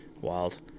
Wild